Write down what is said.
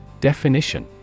Definition